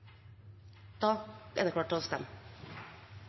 Da er det